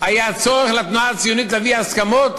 היה צורך לתנועה הציונית להביא הסכמות